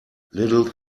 little